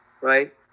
right